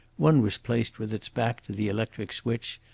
one was placed with its back to the electric switch,